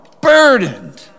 burdened